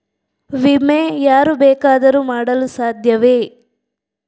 ವಿಮೆ ಯಾರು ಬೇಕಾದರೂ ಮಾಡಲು ಸಾಧ್ಯವೇ?